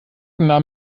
nahm